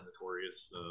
notorious